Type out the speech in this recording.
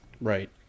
Right